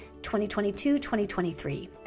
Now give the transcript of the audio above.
2022-2023